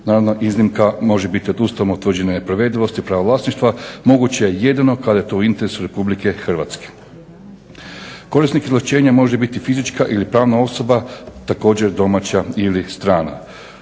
Naravno iznimka može biti od …/Govornik se ne razumije./… utvrđene neprovedivosti, pravo vlasništva, moguće jedino kada je to u interesu Republike Hrvatske. Korisnik izvlaštenja može biti fizička ili pravna osoba, također domaća ili strana.